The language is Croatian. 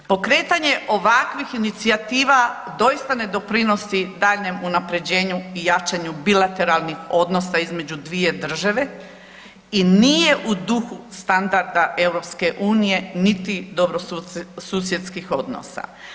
Pokretanje ovakvih inicijativa doista ne doprinosi daljnjem unaprjeđenju i jačanju bilateralnih odnosa između dvije države i nije u duhu standarda EU-a niti dobrosusjedskih odnosa.